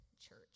church